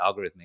algorithmic